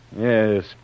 Yes